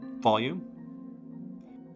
volume